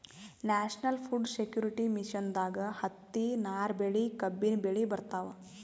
national food security ಮಿಷನ್ದಾಗ್ ಹತ್ತಿ, ನಾರ್ ಬೆಳಿ, ಕಬ್ಬಿನ್ ಬೆಳಿ ಬರ್ತವ್